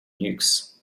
nukes